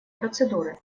процедуры